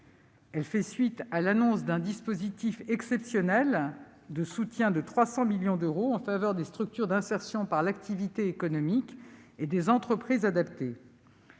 Elle fait suite à l'annonce d'un dispositif de soutien exceptionnel de 300 millions d'euros en faveur des structures d'insertion par l'activité économique et des entreprises adaptées.